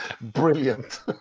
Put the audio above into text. Brilliant